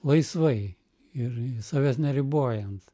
laisvai ir savęs neribojant